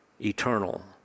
eternal